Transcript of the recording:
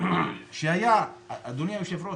אדוני היושב-ראש,